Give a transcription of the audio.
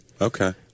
Okay